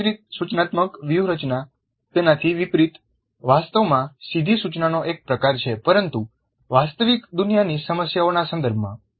કાર્ય કેન્દ્રિત સૂચનાત્મક વ્યૂહરચના તેનાથી વિપરીત વાસ્તવમાં સીધી સૂચનાનો એક પ્રકાર છે પરંતુ વાસ્તવિક દુનિયાની સમસ્યાઓના સંદર્ભમાં